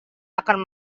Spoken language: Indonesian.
akan